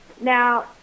Now